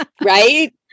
right